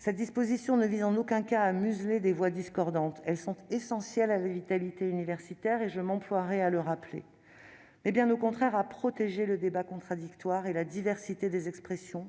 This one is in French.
Cette disposition ne vise en aucun cas à museler les voix discordantes, lesquelles sont essentielles à la vie universitaire- je m'emploierai à le rappeler -, mais elle tend bien au contraire à protéger le débat contradictoire et la diversité des expressions